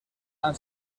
han